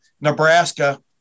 Nebraska